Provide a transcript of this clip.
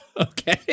okay